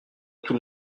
tout